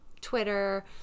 Twitter